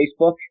Facebook